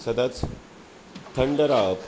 सदांच थंड रावप